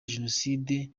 jenoside